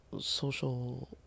social